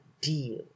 deal